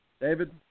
David